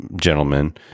gentlemen